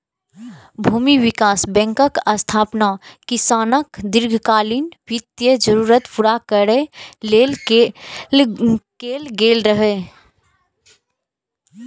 भूमि विकास बैंकक स्थापना किसानक दीर्घकालीन वित्तीय जरूरत पूरा करै लेल कैल गेल रहै